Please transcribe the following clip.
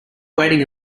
waiting